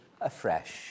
afresh